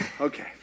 okay